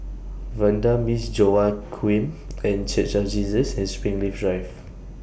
Vanda Miss Joaquim The Church of Jesus and Springleaf Drive